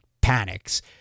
panics